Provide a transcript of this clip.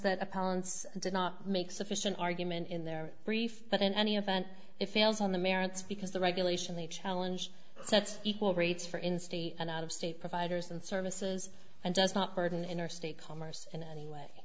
that opponents did not make sufficient argument in their brief but in any event it fails on the merits because the regulation the challenge sets equal rates for in state and out of state providers and services and does not burden interstate commerce